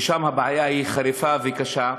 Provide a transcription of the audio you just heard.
ששם הבעיה היא חריפה וקשה.